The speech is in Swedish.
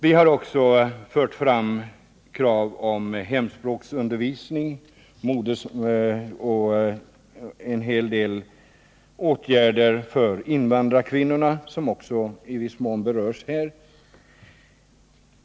Vi har vidare fört fram krav på hemspråksundervisning oc" krav på en hel del åtgärder för invandrarkvinnorna, som också i viss mån berörs här.